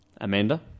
Amanda